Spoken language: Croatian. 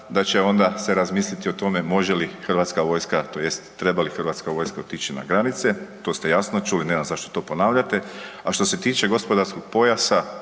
da će onda se razmisliti o tome može li HV, tj. treba li HV otići na granice. To ste jasno čuli, nemam zašto to ponavljati. A što se tiče gospodarskog pojasa,